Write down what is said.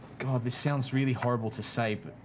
god, this sounds really horrible to say. but